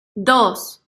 dos